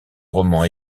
roman